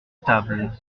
table